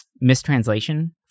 mistranslation